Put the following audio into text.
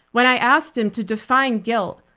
when i asked him to define guilt,